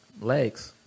Legs